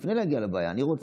לפני שמגיעים לבעיה אני רוצה,